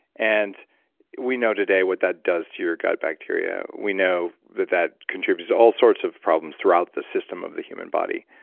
and we know today what that does to your gut bacteria. we know that that contributes to all sorts of problems throughout the system of the human body